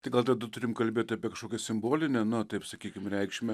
tai gal tada turim kalbėt apie kažkokią simbolinę na taip sakykim reikšmę